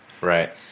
right